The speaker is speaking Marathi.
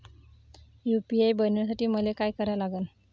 यू.पी.आय बनवासाठी मले काय करा लागन?